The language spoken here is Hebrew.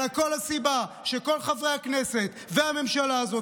אלא כל הסיבה שכל חברי הכנסת והממשלה הזאת